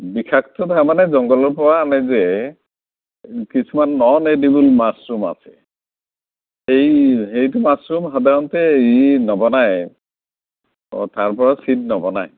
বিষাক্ত তাৰমানে জংঘলৰ পৰা আনে যে কিছুমান নন এডিবোল মাছৰুম আছে সেই সেইটো মাছৰুম সাধাৰণতে ই নবনায় তাৰ পৰা ছিদ নবনায়